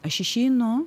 aš išeinu